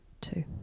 Two